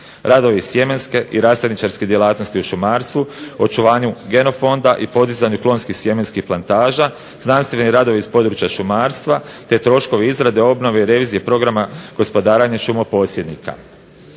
Radovi sjemenske i rasadničarske djelatnosti u šumarstvu, očuvanju genofonda i podizanju klonskih sjemenskih plantaža, znanstveni radovi iz područja šumarstva, te troškovi izrade, obnove i revizije programa gospodarenja šumo posjednika.